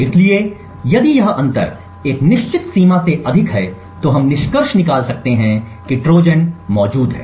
इसलिए यदि यह अंतर एक निश्चित सीमा से अधिक है तो हम निष्कर्ष निकाल सकते हैं कि एक ट्रोजन मौजूद है